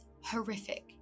horrific